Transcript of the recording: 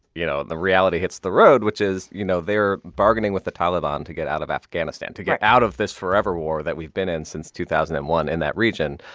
you know the reality hits the road, which is, you know, they're bargaining with the taliban to get out of afghanistan. right. to get out of this forever war that we've been in since two thousand and one in that region.